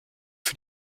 für